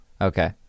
Okay